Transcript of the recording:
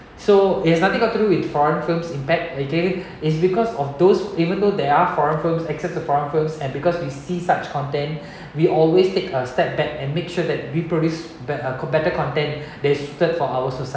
so it has nothing got to do with foreign films impact okay it's because of those even though there are foreign films excerpt of foreign firms and because we see such content we always take a step back and make sure that we produce bet~ a better content that's suited for our society